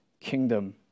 kingdom